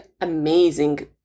amazing